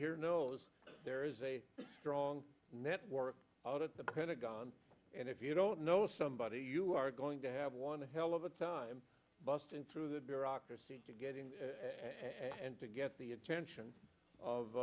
here knows there is a strong network out at the pentagon and if you don't know somebody you are going to have one hell of a time busting through the bureaucracy to get in and to get the attention